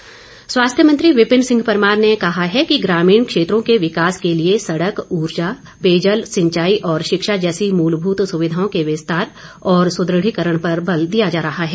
परमार स्वास्थ्य मंत्री विपिन सिंह परमार ने कहा है कि ग्रामीण क्षेत्रों के विकास के लिए सड़क ऊर्जा पेयजल सिंचाई और शिक्षा जैसी मूलभूत सुविघाओं के विस्तार और सुदृढ़ीकरण पर बल दिया जा रहा है